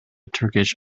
turkish